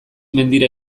mendira